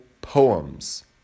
poems